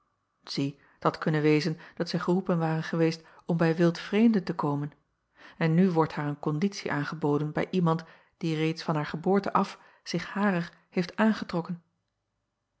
ie t had kunnen wezen dat zij geroepen ware geweest om bij wildvreemden te komen en nu wordt haar een konditie aangeboden bij iemand die reeds van haar geboorte af zich harer heeft aangetrokken